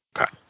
Okay